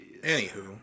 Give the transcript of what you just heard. Anywho